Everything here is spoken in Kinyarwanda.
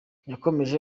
yakomeje